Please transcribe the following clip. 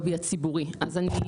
הצפנו.